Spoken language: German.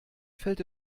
fällt